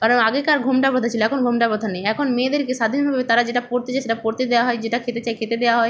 কারণ আগেকার ঘোমটা প্রথা ছিল এখন ঘোমটা প্রথা নেই এখন মেয়েদেরকে স্বাধীনভাবে তারা যেটা পড়তে চায় সেটা পড়তে দেওয়া হয় যেটা খেতে চায় খেতে দেওয়া হয়